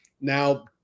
Now